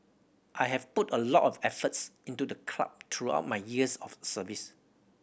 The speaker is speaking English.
I have put a lot of efforts into the club throughout my years of service